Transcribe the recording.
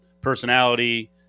personality